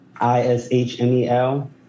I-S-H-M-E-L